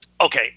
Okay